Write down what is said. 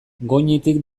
goñitik